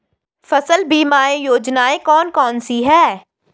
फसल बीमा योजनाएँ कौन कौनसी हैं?